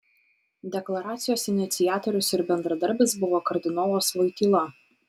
deklaracijos iniciatorius ir bendradarbis buvo kardinolas voityla